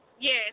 Yes